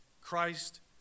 Christ